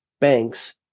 banks